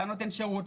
אתה נותן שירות,